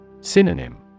Synonym